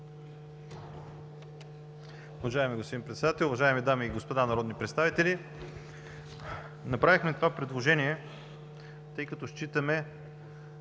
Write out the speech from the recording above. Уважаеми господин председател, уважаеми дами и господа народни представители! Направихме това предложение, тъй като считаме,